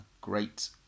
great